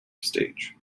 stage